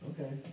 Okay